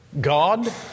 God